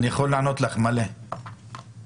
אני יכול לענות לך, יש המון.